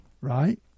right